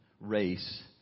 race